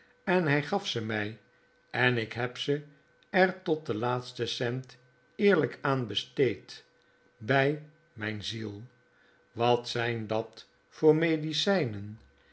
en hij gaf ze mij en ik heb ze er tot den laatsten cent eerlijk aan besteed bij mijn ziel i wat zijn dat voor medicijnen